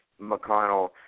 McConnell